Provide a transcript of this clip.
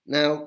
Now